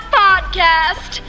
podcast